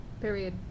Period